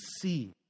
see